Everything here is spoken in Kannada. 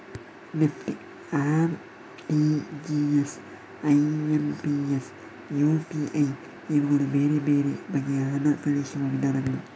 ನೆಫ್ಟ್, ಆರ್.ಟಿ.ಜಿ.ಎಸ್, ಐ.ಎಂ.ಪಿ.ಎಸ್, ಯು.ಪಿ.ಐ ಇವುಗಳು ಬೇರೆ ಬೇರೆ ಬಗೆಯ ಹಣ ಕಳುಹಿಸುವ ವಿಧಾನಗಳು